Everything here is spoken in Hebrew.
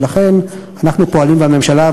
ולכן אנחנו פועלים בממשלה,